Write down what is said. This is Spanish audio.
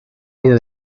vida